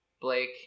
Blake